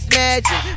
magic